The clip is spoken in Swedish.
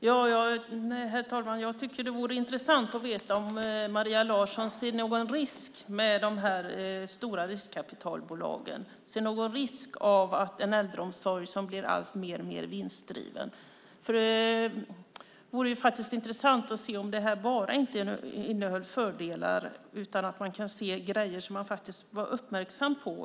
Herr talman! Jag tycker att det vore intressant att få veta om Maria Larsson ser någon risk med de stora riskkapitalbolagen och med en äldreomsorg som blir alltmer vinstdriven. Det vore faktiskt intressant att se om detta inte bara innehåller fördelar utan också sådant som man ska vara uppmärksam på.